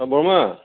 অঁ বৰমা